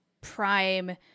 prime